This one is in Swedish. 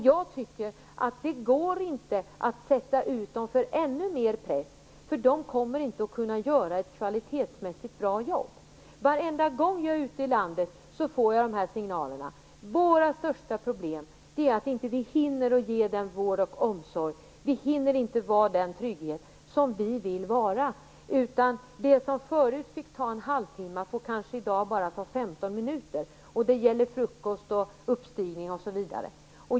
Jag tycker att det inte går att sätta ut den för ännu mer press, för den kommer inte att utföra ett kvalitetsmässigt bra jobb. Varenda gång jag är ute i landet får jag de här signalerna från hemtjänstpersonalen: Vårt största problem är att vi inte hinner ge den vård och omsorg som vi vill, vi hinner inte vara den trygghet som vi vill vara. Det som förut fick ta en halvtimme får i dag bara ta 15 minuter. Det gäller frukost, hjälp vid uppstigning osv.